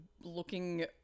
looking